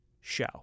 show